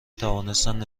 توانستند